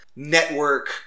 Network